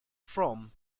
from